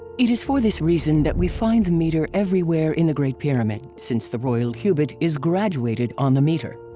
it is for this reason that we find the meter everywhere in the great pyramid since the royal cubit is graduated on the meter.